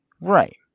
right